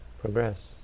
progress